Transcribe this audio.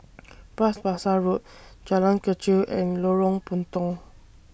Bras Basah Road Jalan Kechil and Lorong Puntong